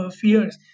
fears